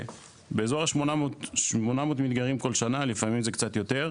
באזור ה-800 מתגיירים כל שנה, לפעמים זה קצת יותר.